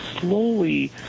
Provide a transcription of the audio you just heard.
slowly